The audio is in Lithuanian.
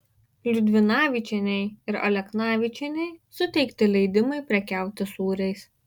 liudvinavičienei ir aleknavičienei suteikti leidimai prekiauti sūriais